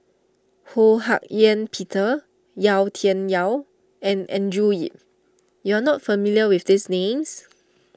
Ho Hak Ean Peter Yau Tian Yau and Andrew Yip you are not familiar with these names